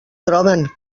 troben